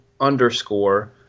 underscore